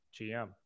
GM